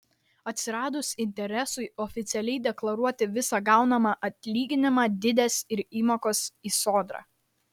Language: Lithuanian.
atsiradus interesui oficialiai deklaruoti visą gaunamą atlyginimą didės ir įmokos į sodrą